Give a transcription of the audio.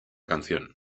canción